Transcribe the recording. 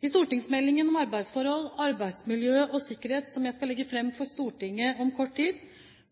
I stortingsmeldingen om arbeidsforhold, arbeidsmiljø og sikkerhet som jeg skal legge fram for Stortinget om kort tid,